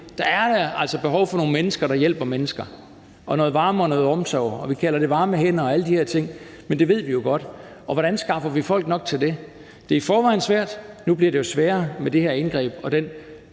Der er altså behov for nogle mennesker, der hjælper mennesker, og noget varme og noget omsorg. Vi kalder det varme hænder og alle de her ting, så det ved vi jo godt. Men hvordan skaffer vi folk nok til det? Det er i forvejen svært. Nu bliver det jo sværere med det her indgreb og med